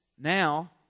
now